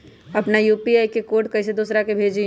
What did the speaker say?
अपना यू.पी.आई के कोड कईसे दूसरा के भेजी?